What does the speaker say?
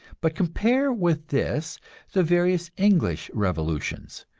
but compare with this the various english revolutions.